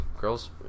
Girls